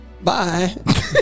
Bye